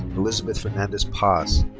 elizabeth fernandez paz.